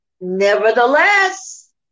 nevertheless